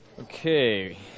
Okay